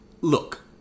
Look